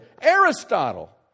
Aristotle